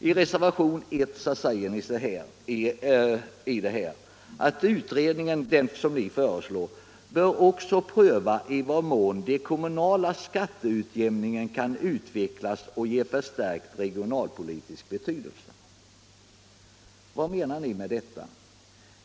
I reservationen 1 säger ni att den av er föreslagna utredningen ”bör också pröva i vad mån de kommunala skatteutjämningsbidragen kan utvecklas och ges förstärkt regionalpolitisk betydelse”. Vad menar ni med detta?